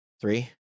Three